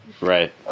Right